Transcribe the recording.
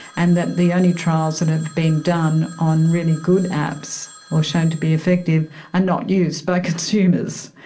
and that the only trials that have been done on really good apps or shown to be effective are not used by consumers.